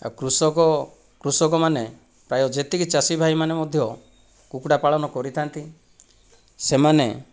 ଆଉ କୃଷକ କୃଷକମାନେ ପ୍ରାୟ ଯେତିକି ଚାଷୀ ଭାଇମାନେ ମଧ୍ୟ କୁକୁଡ଼ା ପାଳନ କରିଥାନ୍ତି ସେମାନେ